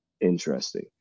interesting